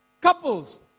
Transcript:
couples